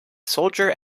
soldier